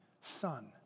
son